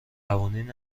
قوانین